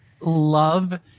love